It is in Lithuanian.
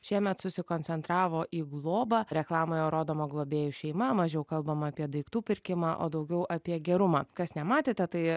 šiemet susikoncentravo į globą reklamoje rodoma globėjų šeima mažiau kalbama apie daiktų pirkimą o daugiau apie gerumą kas nematėte tai